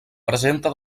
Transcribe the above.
presenta